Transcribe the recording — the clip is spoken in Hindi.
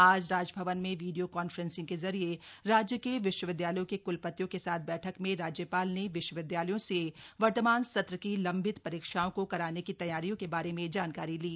आज राजभवन में वीडियो कांफ्रेंसिंग के जरिए राज्य के विश्वविद्यालयों के कलपतियों के साथ बैठक में राज्यपाल ने विश्वविदयालयों से वर्तमान सत्र की लंबित परीक्षाओं को कराने की तैयारी के बारे में जानकारी ली